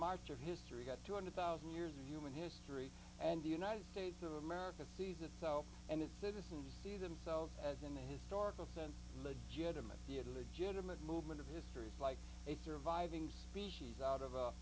march of history got two hundred thousand years of human history and the united states of america sees itself and its citizens see themselves as in the historical sense the good of the of the legitimate movement of history like a to reviving species out of a